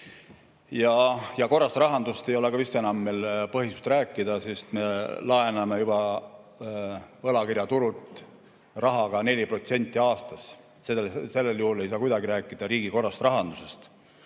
Ja korras rahandusest ei ole ka enam põhjust rääkida, sest me laename juba võlakirjaturult raha 4%-ga aastas. Sellel juhul ei saa kuidagi rääkida riigi korras rahandusest.